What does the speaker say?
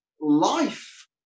life